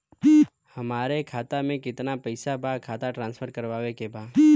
हमारे खाता में कितना पैसा बा खाता ट्रांसफर करावे के बा?